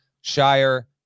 Shire